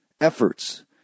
efforts